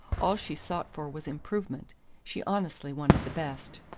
all she sought for was improvement she honestly wanted the best.